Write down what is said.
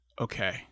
okay